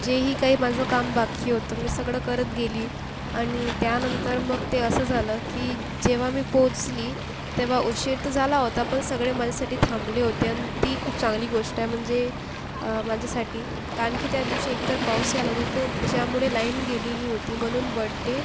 जेही काही माझं काम बाकी होतं मी सगळं करत गेली आणि त्यानंतर मग ते असं झालं की जेव्हा मी पोचली तेव्हा उशीर तर झाला होता पण सगळे माझ्यासाठी थांबले होते अन् ती खूप चांगली गोष्ट आहे म्हणजे माझ्यासाठी कारण की त्या दिवशी एक तर पाऊसही आला होता तर ज्यामुळे लाईन गेलेली होती म्हणून बड्डे